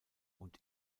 und